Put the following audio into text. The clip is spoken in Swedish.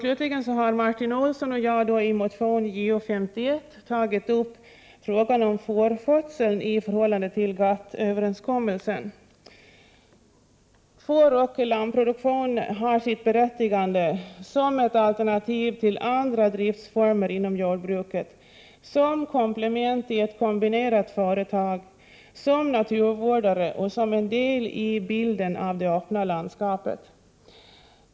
Slutligen har Martin Olsson och jag i motion Jo51 tagit upp frågan om fårskötseln i förhållande till GATT-överenskommelsen. Fåroch lammproduktion har sitt berättigande som ett alternativ till andra driftsformer inom jordbruket, som komplement i ett kombinerat företag, som naturvårdare och som en del i bilden av det öppna landskapet.